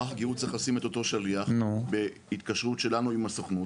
מערך הגיור צריך לשים את אותו שליח בהתקשרות שלנו עם הסוכנות,